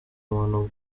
muntu